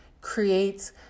creates